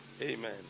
Amen